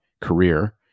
career –